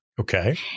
Okay